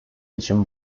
için